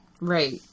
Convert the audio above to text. Right